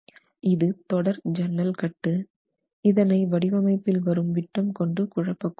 இது தொடர் சன்னல் கட்டு இதனை வடிவமைப்பில் வரும் விட்டம் கொண்டு குழப்பக் கூடாது